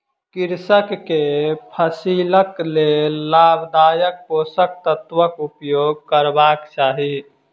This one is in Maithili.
कृषक के फसिलक लेल लाभदायक पोषक तत्वक उपयोग करबाक चाही